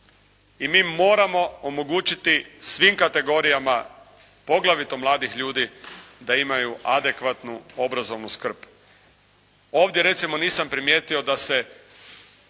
I mi moramo omogućiti svim kategorijama poglavito mladih ljudi da imaju adekvatnu obrazovnu skrb. Ovdje recimo nisam primijetio da se,